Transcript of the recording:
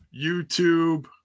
YouTube